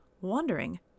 wondering